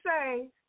say